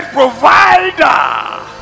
provider